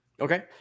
Okay